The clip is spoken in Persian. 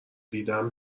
دیدم